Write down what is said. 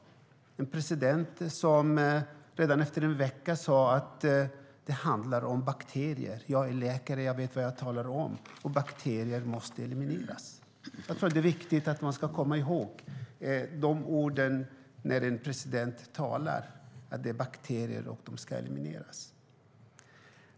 Det är viktigt att komma ihåg de ord presidenten sade redan efter en vecka: Det handlar om bakterier. Jag är läkare och vet vad jag talar om, och bakterier måste elimineras.